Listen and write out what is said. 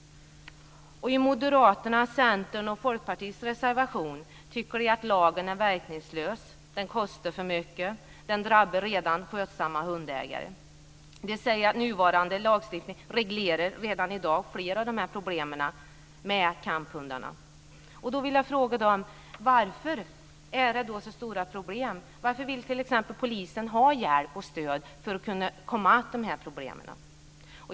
Moderaterna, Centern och Folkpartiet har en gemensam reservation där man anser att lagen är verkningslös. Den kostar för mycket och drabbar redan skötsamma hundägare. De säger att nuvarande lagstiftning reglerar redan i dag flera av problemen med kamphundarna. Och då vill jag fråga dem: Varför är det då så stora problem? Varför vill då t.ex. polisen ha hjälp och stöd för att komma till rätta med problemet?